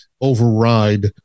override